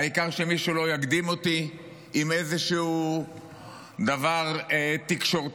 העיקר שמישהו לא יקדים אותי עם איזשהו דבר תקשורתי,